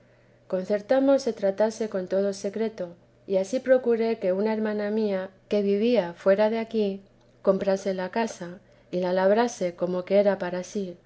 concertarnos se tratase con todo secreto y ansí procuré que una hermana mía que vivía fuera de aquí comprase la casa y la labrase como que era para sí